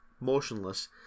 motionless